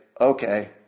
okay